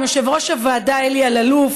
עם יושב-ראש הוועדה אלי אלאלוף,